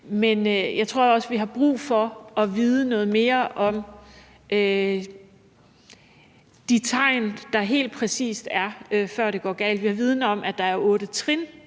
Men jeg tror også, at vi har brug for at vide noget mere om de tegn, der helt præcis er, før det går galt. Vi har viden om, at der er otte trin